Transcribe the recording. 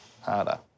harder